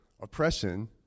oppression